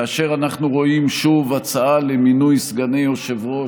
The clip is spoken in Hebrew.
כאשר אנחנו רואים שוב הצעה למינוי סגני יושב-ראש